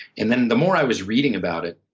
and then the more i was reading about it